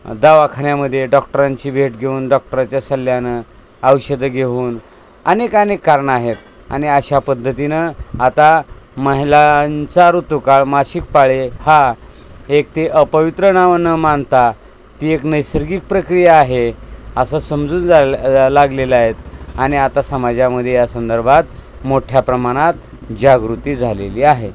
दवाखान्यामध्ये डॉक्टरांची भेट घेऊन डॉक्टरच्या सल्ल्यानं औषधं घेऊन अनेक अनेक कारणं आहेत आणि अशा पद्धतीनं आता महिलांचा ऋतुकाळ मासिक पाळी हा एक ते अपवित्र णाव न मानता ती एक नैसर्गिक प्रक्रिया आहे असं समजून जा लागलेलं आहेत आणि आता समाजामध्ये या संदर्भात मोठ्या प्रमाणात जागृती झालेली आहे